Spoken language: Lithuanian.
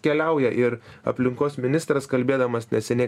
keliauja ir aplinkos ministras kalbėdamas neseniai